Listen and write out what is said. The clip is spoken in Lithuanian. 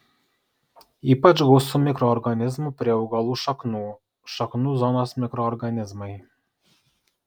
ypač gausu mikroorganizmų prie augalų šaknų šaknų zonos mikroorganizmai